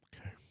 Okay